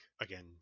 again